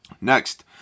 Next